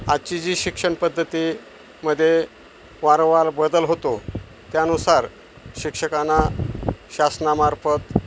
आजची जी शिक्षण पद्धतीमध्ये वारंवार बदल होतो त्यानुसार शिक्षकांना शासनामार्फत